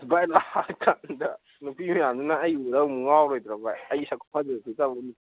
ꯚꯥꯏ ꯂꯥꯛꯑꯀꯥꯟꯗ ꯅꯨꯄꯤ ꯃꯌꯥꯝꯗꯨꯅ ꯑꯩ ꯎꯔ ꯑꯃꯨꯀ ꯉꯥꯎꯔꯣꯏꯗ꯭ꯔꯣ ꯚꯥꯏ ꯑꯩ ꯁꯛ ꯈꯨꯐꯖꯁꯤꯒ ꯑꯃꯨꯛ